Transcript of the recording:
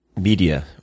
media